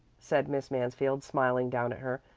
said miss mansfield, smiling down at her.